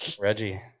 Reggie